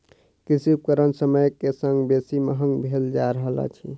कृषि उपकरण समय के संग बेसी महग भेल जा रहल अछि